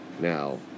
Now